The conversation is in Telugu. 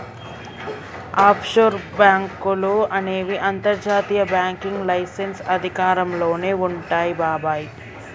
ఆఫ్షోర్ బాంకులు అనేవి అంతర్జాతీయ బ్యాంకింగ్ లైసెన్స్ అధికారంలోనే వుంటాయి బాబాయ్